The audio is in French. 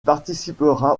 participera